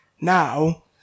Now